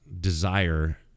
desire